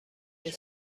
این